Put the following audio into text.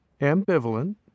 ambivalent